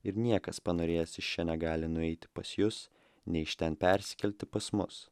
ir niekas panorėjęs iš čia negali nueiti pas jus nei iš ten persikelti pas mus